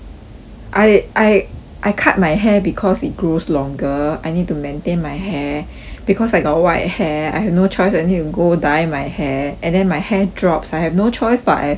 I I I cut my hair because it grows longer I need to maintain my hair because I got white hair I have no choice I need to go dye my hair and then my hair drops I have no choice but to go for